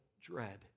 dread